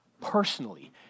personally